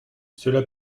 cela